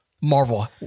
Marvel